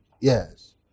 Yes